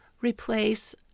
replace